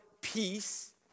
peace